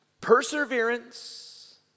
Perseverance